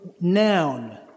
noun